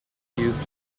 used